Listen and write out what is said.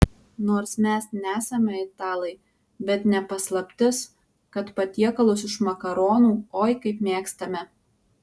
nors mes nesame italai bet ne paslaptis kad patiekalus iš makaronų oi kaip mėgstame